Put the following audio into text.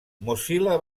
mozilla